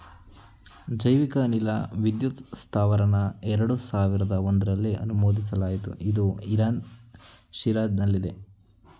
ಜೈವಿಕ ಅನಿಲ ವಿದ್ಯುತ್ ಸ್ತಾವರನ ಎರಡು ಸಾವಿರ್ದ ಒಂಧ್ರಲ್ಲಿ ಅನುಮೋದಿಸಲಾಯ್ತು ಇದು ಇರಾನ್ನ ಶಿರಾಜ್ನಲ್ಲಿದೆ